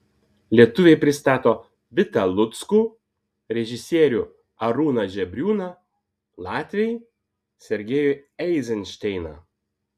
lietuviai pristato vitą luckų režisierių arūną žebriūną latviai sergejų eizenšteiną